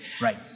Right